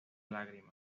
lágrima